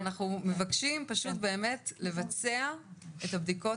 אנחנו מבקשים פשוט באמת לבצע את הבדיקות